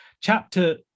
Chapter